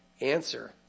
answer